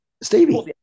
Stevie